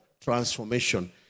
transformation